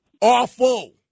awful